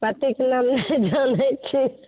पतिके नाम नहि जनैत छी